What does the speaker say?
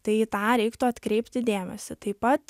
tai į tą reiktų atkreipti dėmesį taip pat